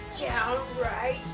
downright